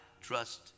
trust